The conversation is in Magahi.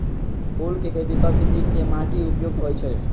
फूल के खेती सभ किशिम के माटी उपयुक्त होइ छइ